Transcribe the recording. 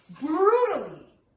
brutally